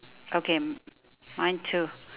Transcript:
okay mine too